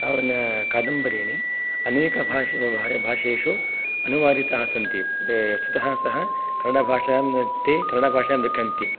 कादम्बरीणि अनेक भाषासु अनुवादिताः सन्ति वस्तुतः सः कनडाभाषामध्ये कनाडाभाषां लिखन्ति